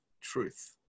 truth